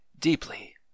deeply